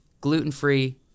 gluten-free –